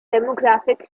demographic